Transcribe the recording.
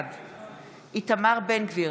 בעד איתמר בן גביר,